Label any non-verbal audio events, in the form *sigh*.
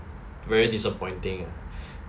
very disappointing ah *breath*